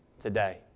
today